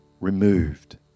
removed